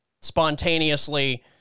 spontaneously